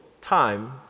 time